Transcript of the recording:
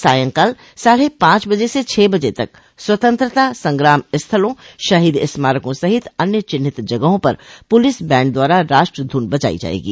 सांय काल साढ़े पांच बजे से छह बजे तक स्वतंत्रता संग्राम स्थलों शहीद स्मारकों सहित अन्य चिन्हित जगहों पर पुलिस बैंड द्वारा राष्ट्र धुन बजायी जायेगी